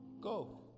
go